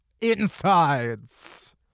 insides